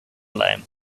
lame